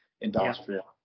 industrial